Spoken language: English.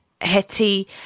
Hetty